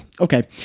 okay